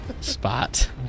spot